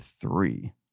three